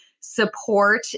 support